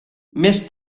més